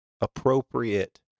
appropriate